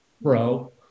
Bro